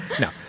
No